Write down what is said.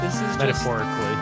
Metaphorically